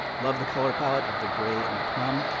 love the color palette of the gray and the plum.